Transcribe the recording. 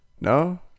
No